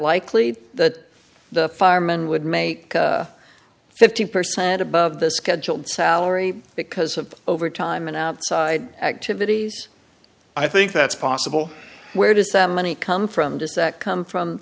likely that the firemen would make fifty percent above the scheduled salary because of overtime and outside activities i think that's possible where does the money come from does that come from